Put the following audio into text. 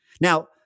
Now